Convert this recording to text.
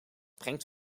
brengt